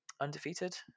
undefeated